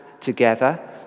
together